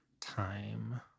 time